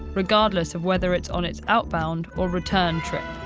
regardless of whether it's on its outbound or return trip.